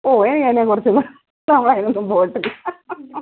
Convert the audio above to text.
ഓ എനിക്ക് അതിനെ കുറിച്ചൊന്നും ഞങ്ങൾ അതിനൊന്നും പോയിട്ടില്ല